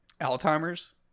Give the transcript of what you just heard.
alzheimer's